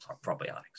probiotics